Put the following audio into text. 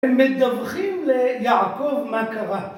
‫הם מדווחים ליעקב מה קרה.